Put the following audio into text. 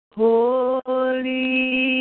holy